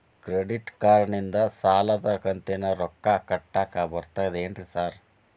Credit ಕಾರ್ಡನಿಂದ ಸಾಲದ ಕಂತಿನ ರೊಕ್ಕಾ ಕಟ್ಟಾಕ್ ಬರ್ತಾದೇನ್ರಿ ಸಾರ್?